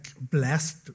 blessed